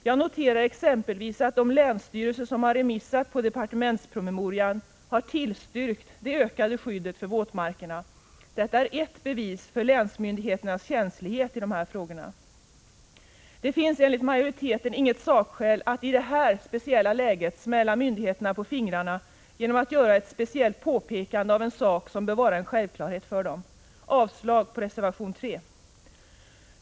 Jag noterar exempelvis att de länsstyrelser som haft departementspromemorian på remiss har tillstyrkt det ökade skyddet för våtmarkerna. Det är ett bevis för länsmyndigheternas känslighet i dessa frågor. Det finns enligt majoriteten inget sakskäl att i det här speciella läget smälla myndigheterna på fingrarna genom att göra ett speciellt påpekande av en sak som bör vara en självklarhet för dem. Jag yrkar avslag på reservation 3.